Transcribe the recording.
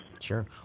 Sure